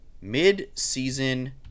Mid-season